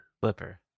flipper